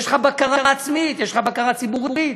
יש לך בקרה עצמית, יש לך בקרה ציבורית,